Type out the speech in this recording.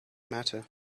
matter